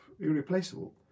irreplaceable